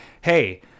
hey